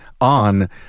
on